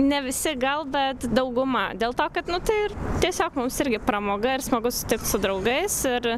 ne visi gal bet dauguma dėl to kad nu tai tiesiog mums irgi pramoga ir smagu susitikti su draugais ir